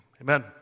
amen